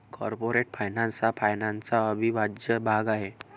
corporate finance हा फायनान्सचा अविभाज्य भाग आहे